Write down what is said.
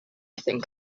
think